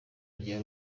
rya